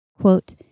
Quote